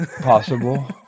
possible